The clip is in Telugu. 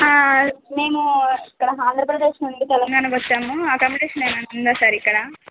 మేము ఇక్కడ ఆంధ్రప్రదేశ్ నుండి తెలంగాణకు వచ్చాము అకామిడేషన్ ఏమన్న ఉందా సార్ ఇక్కడ